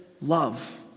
love